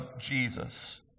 Jesus